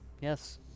yes